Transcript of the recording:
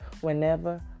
whenever